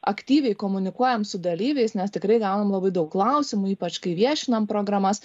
aktyviai komunikuojam su dalyviais nes tikrai gaunam labai daug klausimų ypač kai viešinam programas